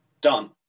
Done